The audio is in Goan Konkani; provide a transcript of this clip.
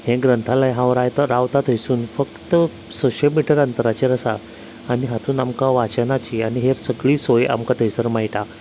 हें ग्रंथालय हांव रायतां रावतां थंयसून फक्त सयशीं मिटर अंतराचेर आसा आनी हातूंत आमकां वाचनाची आनी हेर सगळीं सोय आमकां थंयसर मेळटा